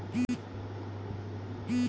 खाता खोलने का सबसे अच्छा तरीका कौन सा है?